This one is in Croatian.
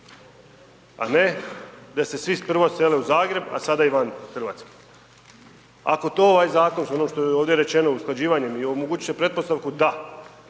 a ne da se svi prvo sele u Zagreb a sada i van Hrvatske. Ako to ovaj zakon, za ono što je ovdje rečeno, usklađivanje i omogućiti će pretpostavku, da,